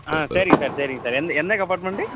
ஆ சரிங்க சார் சரிங்க சார் எந்த எந்த கம்பார்ட்மெண்ட்டு